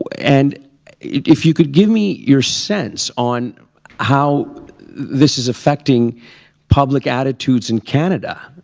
and if you could give me your sense on how this is affecting public attitudes in canada,